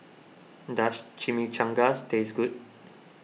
does Chimichangas taste good